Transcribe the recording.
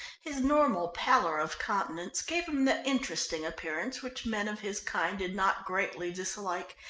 his normal pallor of countenance gave him the interesting appearance which men of his kind did not greatly dislike,